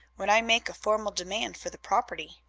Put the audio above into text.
when i make a formal demand for the property?